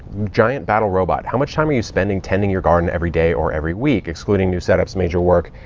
giantbattlerobot how much time are you spending tending your garden every day or every week, excluding new setups, major work.